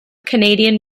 canadian